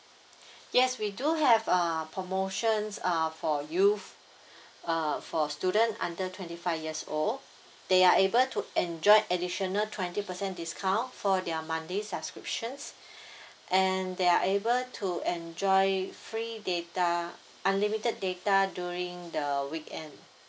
yes we do have uh promotions uh for youth uh for student under twenty five years old they are able to enjoy additional twenty percent discount for their monthly subscriptions and they are able to enjoy free data unlimited data during the weekend